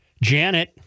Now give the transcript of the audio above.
Janet